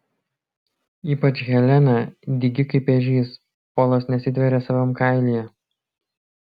ypač helena dygi kaip ežys polas nesitveria savam kailyje